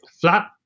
flat